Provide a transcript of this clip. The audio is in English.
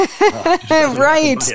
Right